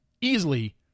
Easily